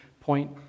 point